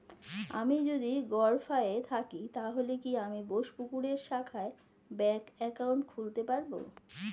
আমি যদি গরফায়ে থাকি তাহলে কি আমি বোসপুকুরের শাখায় ব্যঙ্ক একাউন্ট খুলতে পারবো?